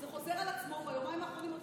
זה חוזר על עצמו ביומיים האחרונים.